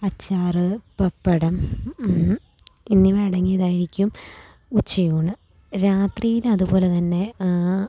അച്ചാറ് പപ്പടം എന്നിവ അടങ്ങിയതായിരിക്കും ഉച്ചയൂണ് രാത്രിയിൽ അതുപോലെ തന്നെ